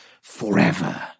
forever